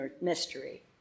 mystery